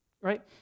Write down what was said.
right